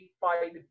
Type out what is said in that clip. fight